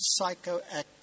psychoactive